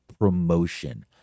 Promotion